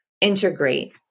integrate